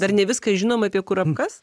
dar ne viską žinom apie kurapkas